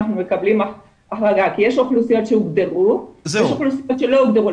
אנחנו מקבלים החרגה כי יש אוכלוסיות שהוגדרו ויש אוכלוסיות שלא הוגדרו.